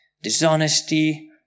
Dishonesty